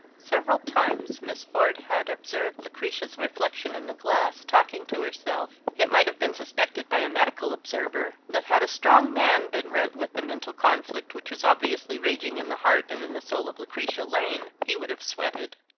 several times miss ford had observed lucretia's reflection in the glass, talking to herself. it might have been sus pected by a medical observer that had a strong man been rent with the mental conflict which was obviously raging in the heart and in the soul of lucretia lane, he would have sweated.